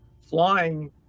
flying